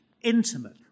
intimate